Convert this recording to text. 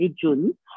June